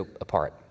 apart